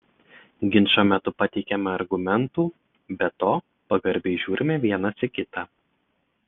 ginčo metu pateikiame argumentų be to pagarbiai žiūrime vienas į kitą